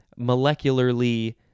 molecularly